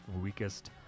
weakest